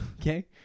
Okay